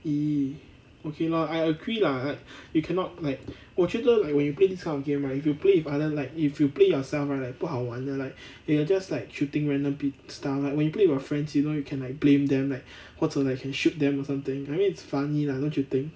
!ee! okay lor I agree lah like you cannot like 我觉得 like when you play this kind of game right if you play with other like if you play yourself right 不好玩的 like you are just like shooting random peop~ stuff when you play with your friends you know you can like blame them like 或者 like can shoot them or something I mean it's funny lah don't you think